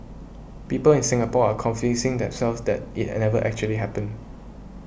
people in Singapore are convincing themselves that it had never actually happened